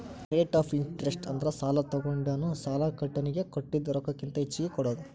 rate of interest ಅಂದ್ರ ಸಾಲಾ ತೊಗೊಂಡೋನು ಸಾಲಾ ಕೊಟ್ಟೋನಿಗಿ ಕೊಟ್ಟಿದ್ ರೊಕ್ಕಕ್ಕಿಂತ ಹೆಚ್ಚಿಗಿ ಕೊಡೋದ್